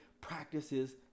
practices